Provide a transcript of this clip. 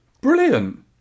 Brilliant